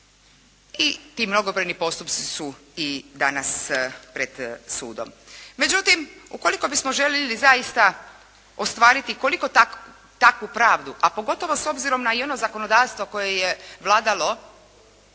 i ti mnogobrojni postupci su i danas pred sudom. Međutim ukoliko bismo željeli zaista ostvariti koliko takvu pravdu, a pogotovo s obzirom na i ono zakonodavstvo koje je vladalo